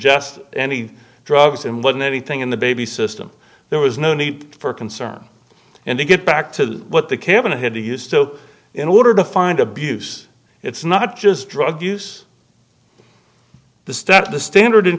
just any drugs and wasn't anything in the baby's system there was no need for concern and to get back to what the cabinet had to use so in order to find abuse it's not just drug use the step the standard in